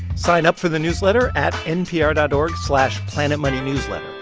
sign up for the newsletter at npr dot org slash planetmoneynewsletter.